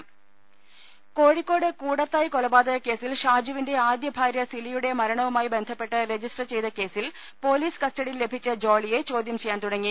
അദ്ദേഷ്ടങ് കോഴിക്കോട് കൂടത്തായ് കൊലപാതകകേസിൽ ഷാജുവിന്റെ ആദ്യ ഭാര്യ സിലിയുടെ മരണവുമായി ബന്ധപ്പെട്ട് റജിസ്ട്രർ ചെയ്ത കേസിൽ പോലീസ് കസ്റ്റഡിയിൽ ലഭിച്ച ജോളിയെ ചോദ്യം ചെയ്യാൻ തുടങ്ങി